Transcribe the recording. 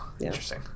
interesting